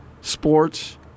Sports